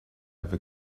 ever